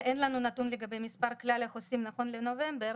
ואין לנו נתון לגבי מספר כלל החוסים נכון לנובמבר.